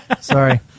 Sorry